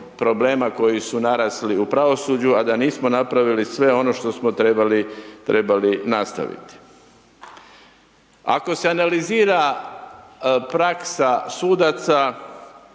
koji su narasli u pravosuđu, a da nismo napravili sve ono što smo trebali nastaviti. Ako se analizira praksa sudaca,